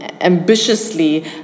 ambitiously